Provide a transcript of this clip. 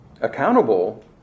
accountable